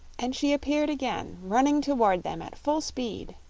and she appeared again, running toward them at full speed.